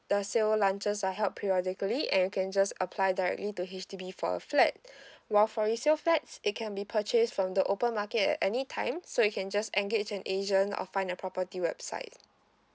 a sale launches are held periodically and you can just apply directly to H_D_B for a flat while for resale flats it can be purchase from the open market at any time so you can just engage an agent or find a property website